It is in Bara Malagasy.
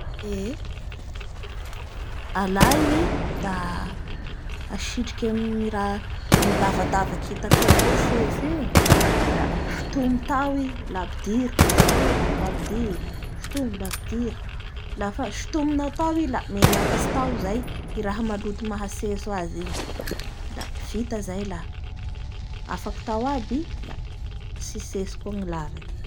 Eee! alay i da asitriky amin'ny rah'amin'ny lavandavaky hitategna hoe tsetsy igny la sotmy tao i la ampidiry, sotomy la ampidiry, sotomy a ampidiry, lafa sotominaa tao i la mihamiakatry tao zay i raha maoto mahatentso azy igny la vita zay la afaky tao aby i la tsy tentso koa ny lavaky.